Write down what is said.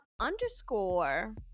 underscore